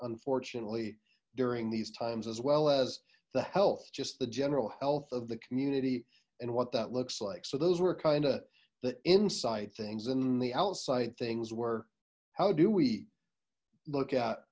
unfortunately during these times as well as the health just the general health of the community and what that looks like so those were kind of the inside things and the outside things were how do we look at